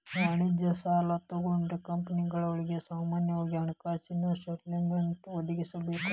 ವಾಣಿಜ್ಯ ಸಾಲಾ ತಗೊಂಡ್ರ ಕಂಪನಿಗಳು ಸಾಮಾನ್ಯವಾಗಿ ಹಣಕಾಸಿನ ಸ್ಟೇಟ್ಮೆನ್ಟ್ ಒದಗಿಸಬೇಕ